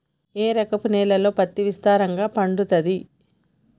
ఏ రకపు నేలల్లో పత్తి విస్తారంగా పండుతది?